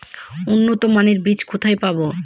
উন্নতমানের বীজ কোথায় পাব?